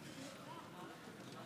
היושב-ראש,